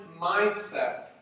mindset